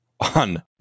on